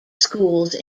schools